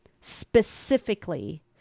specifically